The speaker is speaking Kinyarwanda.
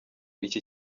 iki